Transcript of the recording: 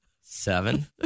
seven